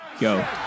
go